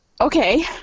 Okay